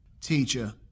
teacher